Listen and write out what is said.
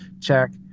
Check